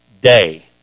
day